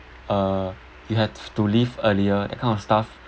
uh you have to leave earlier that kind of stuff